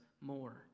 more